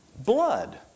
blood